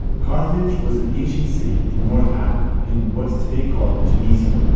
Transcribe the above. carthage was an ancient city in north africa in what's today called tunisia.